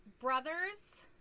brother's